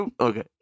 okay